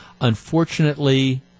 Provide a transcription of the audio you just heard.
Unfortunately